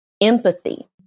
empathy